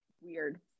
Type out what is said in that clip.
weird